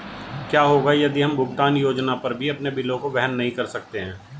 क्या होगा यदि हम भुगतान योजना पर भी अपने बिलों को वहन नहीं कर सकते हैं?